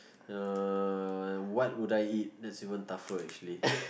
uh what would I eat that's even tougher actually